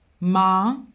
ma